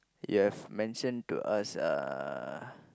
you've mentioned to us uh